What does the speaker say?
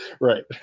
Right